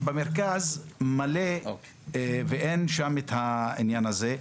במרכז יש מלא, ואין שם את העניין הזה.